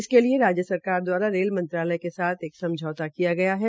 इसके लिए राज्य सरकार दवारा रेल मंत्रालय के साथ एक समझौता किया गया है